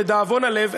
לדאבון הלב,